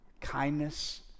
kindness